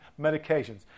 medications